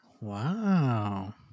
Wow